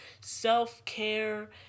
Self-care